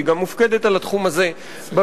והיא גם מופקדת על התחום הזה בממשלה,